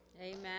Amen